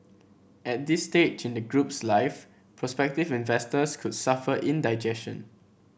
at this stage in the group's life prospective investors could suffer indigestion